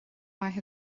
maith